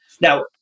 Now